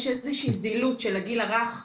יש איזה שהוא זילות של הגיל הרך.